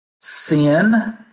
Sin